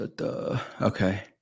okay